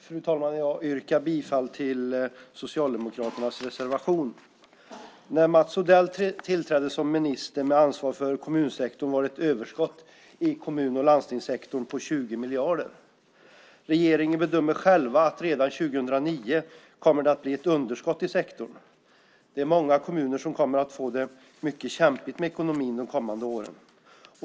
Fru talman! Jag yrkar bifall till Socialdemokraternas reservation. När Mats Odell tillträdde som minister med ansvar för kommunsektorn var det ett överskott i kommun och landstingssektorn på 22 miljarder kronor. Regeringen bedömer själv att det redan 2009 kommer att bli ett underskott i sektorn. Det är många kommuner som kommer att få det kämpigt med ekonomin de kommande åren.